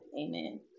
amen